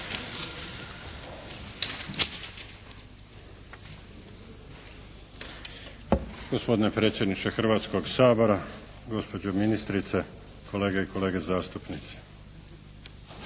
Marko (HDZ)** Gospodine predsjedniče Hrvatskog sabora, gospođo ministrice, kolege i kolege zastupnici!